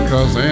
Cause